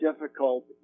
difficult